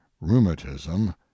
rheumatism